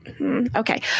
Okay